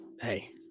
hey